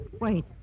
wait